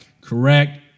correct